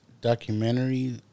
documentary